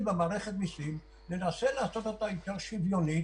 נתחיל קודם כול במערכת המיסים וננסה לעשות אותה יותר הגיונית.